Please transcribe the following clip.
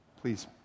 Please